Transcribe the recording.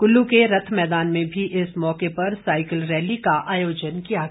कुल्लू के रथ मैदान में भी इस मौके साइकल रैली का आयोजन किया गया